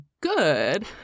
good